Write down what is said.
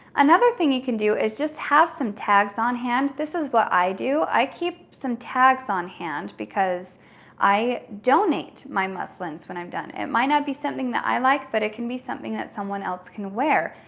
another thing you can do is just have some tags on hand. this is what i do, i keep some tags on hand because i donate my muslins when i'm done. it might not be something that i like, but it can be something that someone else can wear.